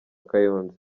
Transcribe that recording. kayonza